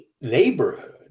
neighborhood